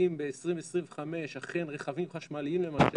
האם ב-2025 אכן רכבים חשמליים למשל